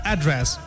Address